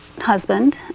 husband